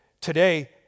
today